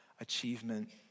achievement